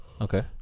Okay